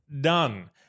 done